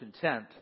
content